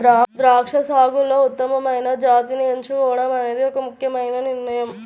ద్రాక్ష సాగులో ఉత్తమమైన జాతిని ఎంచుకోవడం అనేది ఒక ముఖ్యమైన నిర్ణయం